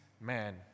man